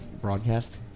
broadcast